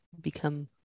become